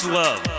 love